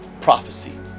prophecy